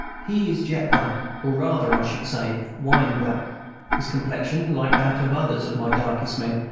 he is jet-black, or rather, i should say, wine-black his complexion, like that of others of my darkest men,